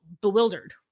bewildered